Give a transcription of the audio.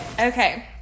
Okay